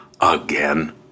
again